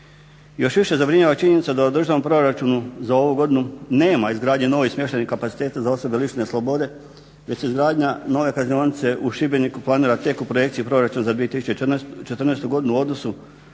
Još više zabrinjava činjenica da u državnom proračunu za ovu godinu nema izgradnje novih smještajnih kapaciteta za osobe lišene slobode, već se izgradnja nove kaznionice u Šibeniku planira tek u projekciji proračuna za 2014. godinu u iznosu